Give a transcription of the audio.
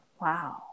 Wow